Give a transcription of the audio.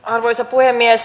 arvoisa puhemies